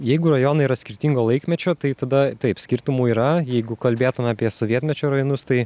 jeigu rajonai yra skirtingo laikmečio tai tada taip skirtumų yra jeigu kalbėtum apie sovietmečio rajonus tai